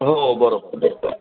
हो बरोबर बरोबर